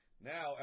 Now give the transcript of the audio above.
Now